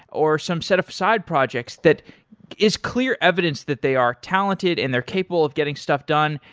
or some set of side projects that is clear evidence that they are talented and they're capable of getting stuff done,